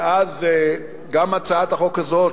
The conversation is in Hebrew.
ואז גם הצעת החוק הזאת,